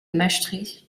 maestricht